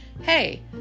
hey